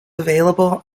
available